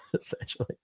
Essentially